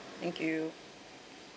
thank you